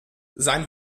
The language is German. sein